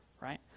Right